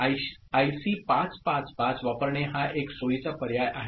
IC 555 वापरणे हा एक सोयीचा पर्याय आहे